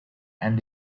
and